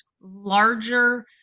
larger